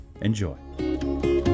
Enjoy